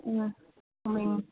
ம ம்ம்